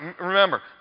Remember